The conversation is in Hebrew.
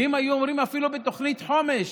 ואם היו אומרים, אפילו בתוכנית חומש,